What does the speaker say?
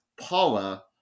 Paula